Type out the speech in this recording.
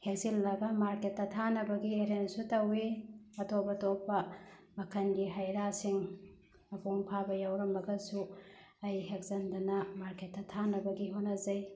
ꯍꯦꯛꯆꯤꯜꯂꯒ ꯃꯥꯔꯀꯦꯠꯇ ꯊꯥꯅꯕꯒꯤ ꯑꯦꯔꯦꯟꯖꯁꯨ ꯇꯧꯋꯤ ꯑꯇꯣꯞ ꯑꯇꯣꯞꯄ ꯃꯈꯜꯒꯤ ꯍꯩꯔꯥꯁꯤꯡ ꯃꯄꯨꯡ ꯐꯥꯕ ꯌꯥꯎꯔꯝꯃꯒꯁꯨ ꯑꯩ ꯍꯦꯛꯆꯤꯟꯗꯅ ꯃꯥꯔꯀꯦꯠꯇ ꯊꯥꯅꯕꯒꯤ ꯍꯣꯠꯅꯖꯩ